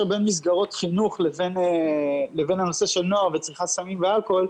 בין מסגרות חינוך לבין הנושא של נוער וצריכת סמים ואלכוהול.